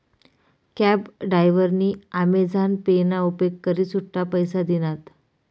cab डायव्हरनी Amazon pay ना उपेग करी सुट्टा पैसा दिनात